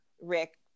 rick